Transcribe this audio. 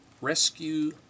Rescue